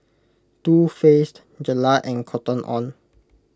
Too Faced Gelare and Cotton on